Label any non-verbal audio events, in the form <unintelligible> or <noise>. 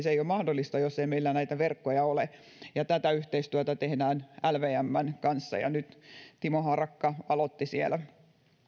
<unintelligible> se ei ole mahdollista jos ei meillä näitä verkkoja ole tätä yhteistyötä tehdään lvmn kanssa ja nyt timo harakka aloitti siellä